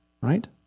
right